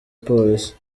polisi